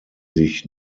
sich